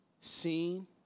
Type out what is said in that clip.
seen